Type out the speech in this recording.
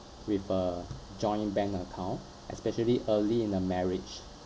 with a joint bank account especially early in a marriage